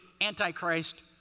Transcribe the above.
Antichrist